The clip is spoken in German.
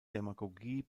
demagogie